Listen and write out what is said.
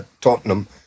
Tottenham